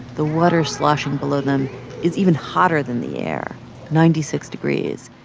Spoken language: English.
the water sloshing below them is even hotter than the air ninety six degrees.